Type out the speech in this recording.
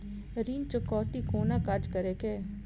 ऋण चुकौती कोना काज करे ये?